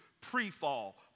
pre-fall